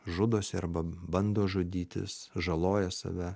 žudosi arba bando žudytis žaloja save